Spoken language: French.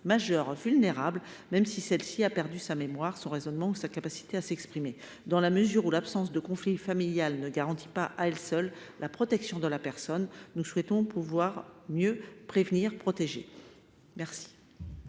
majeure vulnérable, même si celle ci a perdu la mémoire, sa capacité à raisonner ou à s’exprimer. Dans la mesure où l’absence de conflit familial ne garantit pas à elle seule la protection de la personne, nous souhaitons pouvoir mieux prévenir et protéger. Quel